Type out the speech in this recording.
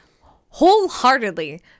wholeheartedly